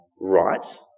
right